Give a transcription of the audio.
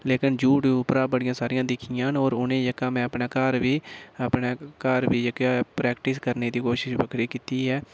लेकिन यूट्यूब उप्परा बड़ियां सारियां दिक्खियां न होर उनें जेह्का मैं घर बी अपने घर बी जेह्के प्रैक्टिस करने दी कोशिश बगैरा कीती ऐ